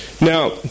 Now